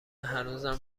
هنوزم